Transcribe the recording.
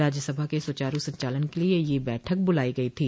राज्य सभा के सुचारू संचालन के लिए यह बैठक बुलाई गई थी